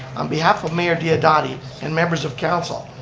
on behalf of mayor diodati and members of council,